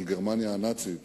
על גרמניה הנאצית